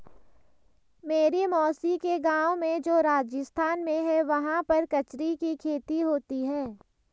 मेरी मौसी के गाँव में जो राजस्थान में है वहाँ पर कचरी की खेती होती है